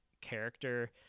character